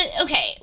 Okay